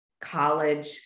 college